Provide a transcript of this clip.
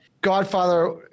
Godfather